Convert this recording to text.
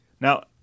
Now